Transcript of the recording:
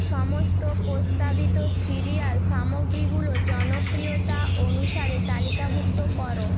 সমস্ত প্রস্তাবিত সিরিয়াল সামগ্রীগুলো জনপ্রিয়তা অনুসারে তালিকাভুক্ত করো